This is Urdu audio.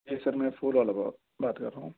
جی سر میں پھول والا بات کر رہا ہوں